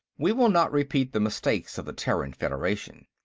we will not repeat the mistakes of the terran federation.